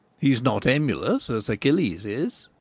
he is not emulous, as achilles is.